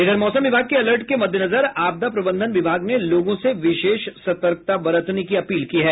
इधर मौसम विभाग के अलर्ट के मुद्देनजर आपदा प्रबंधन विभाग ने लोगों से विशेष सतर्कता बरतने की अपील की है